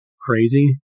crazy